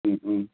മ്മ് മ്മ്